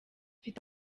mfite